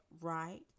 right